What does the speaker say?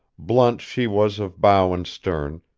blunt she was of bow and stern,